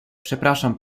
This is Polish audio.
przepraszam